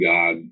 God